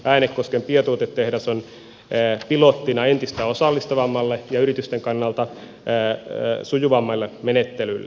äänekosken biotuotetehdas on pilottina entistä osallistavammalle ja yritysten kannalta sujuvammalle menettelylle